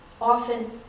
Often